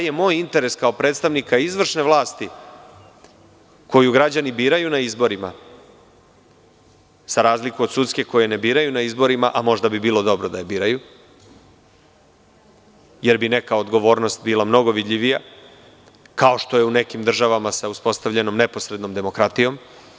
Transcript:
Šta je moj interes kao predstavnika izvršne vlasti koju građani biraju na izborima, za razliku od sudske koju ne biraju na izborima, a možda bi bilo dobro da je biraju jer bi neka odgovornost bila mnogo vidljivija, kao što je u nekim državama sa uspostavljenom neposrednom demokratijom?